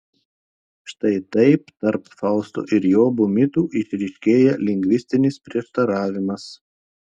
štai taip tarp fausto ir jobo mitų išryškėja lingvistinis prieštaravimas